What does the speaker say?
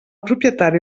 propietari